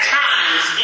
times